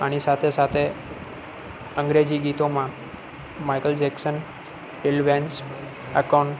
આની સાથે સાથે અંગ્રેજી ગીતોમાં માઇકલ જેક્સન ટિલ વેન્સ એકોન